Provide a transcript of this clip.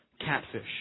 catfish